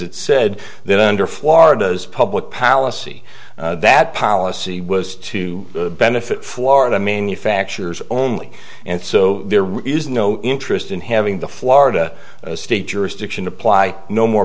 it said that under florida's public policy that policy was to benefit florida manufactures only and so there really is no interest in having the florida state jurisdiction apply no more